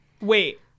Wait